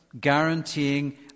guaranteeing